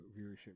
viewership